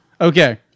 Okay